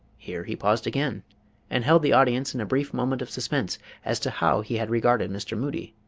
here he paused again and held the audience in a brief moment of suspense as to how he had regarded mr. moody,